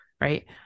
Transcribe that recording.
right